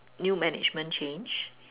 new management change